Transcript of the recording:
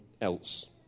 else